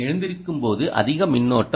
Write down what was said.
எழுந்திருக்கும்போது அதிக மின்னோட்டம்